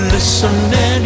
Listening